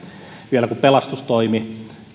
vielä kun pelastustoimi